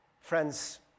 Friends